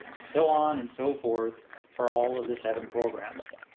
so on and so forth for all of the seven programs.